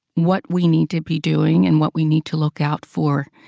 what we need to be doing and what we need to look out for?